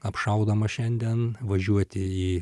apšaudoma šiandien važiuoti į